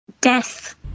death